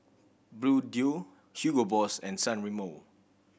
Bluedio Hugo Boss and San Remo